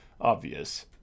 obvious